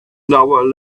hour